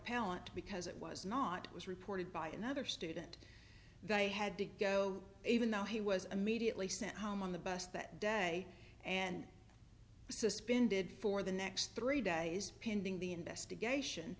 appellant because it was not it was reported by another student they had to go even though he was immediately sent home on the bus that day and suspended for the next three days pinning the investigation